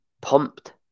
pumped